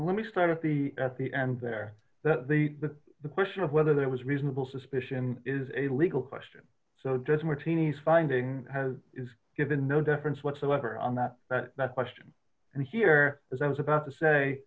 let me start at the at the end there that the the question of whether there was reasonable suspicion is a legal question so does martini's finding has given no difference whatsoever on that question and here as i was about to say